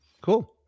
cool